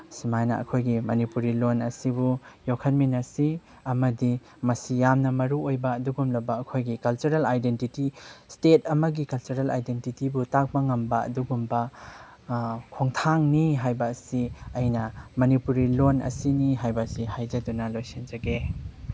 ꯁꯨꯃꯥꯏꯅ ꯑꯩꯈꯣꯏꯒꯤ ꯃꯅꯤꯄꯨꯔꯤ ꯂꯣꯟ ꯑꯁꯤꯕꯨ ꯌꯣꯛꯈꯠꯃꯤꯟꯅꯁꯤ ꯑꯃꯗꯤ ꯃꯁꯤ ꯌꯥꯝꯅ ꯃꯔꯨꯑꯣꯏꯕ ꯑꯗꯨꯒꯨꯝꯂꯕ ꯑꯩꯈꯣꯏꯒꯤ ꯀꯜꯆꯔꯦꯜ ꯑꯥꯏꯗꯦꯟꯇꯤꯇꯤ ꯁ꯭ꯇꯦꯠ ꯑꯃꯒꯤ ꯀꯜꯆꯔꯦꯜ ꯑꯥꯏꯗꯦꯟꯇꯤꯇꯤꯕꯨ ꯇꯥꯛꯄ ꯉꯝꯕ ꯑꯗꯨꯒꯨꯝꯕ ꯈꯣꯡꯊꯥꯡꯅꯤ ꯍꯥꯏꯕ ꯑꯁꯤ ꯑꯩꯅ ꯃꯅꯤꯄꯨꯔꯤ ꯂꯣꯟ ꯑꯁꯤꯅꯤ ꯍꯥꯏꯕ ꯑꯁꯤ ꯍꯥꯏꯖꯗꯨꯅ ꯂꯣꯏꯁꯤꯟꯖꯒꯦ